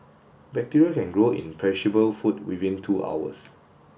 bacteria can grow in perishable food within two hours